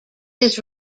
his